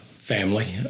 family